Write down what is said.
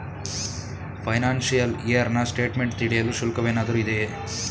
Financial year ನ statement ತಿಳಿಯಲು ಶುಲ್ಕವೇನಾದರೂ ಇದೆಯೇ?